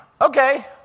Okay